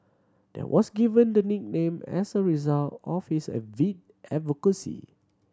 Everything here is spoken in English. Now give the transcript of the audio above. there was given the nickname as a result of his avid advocacy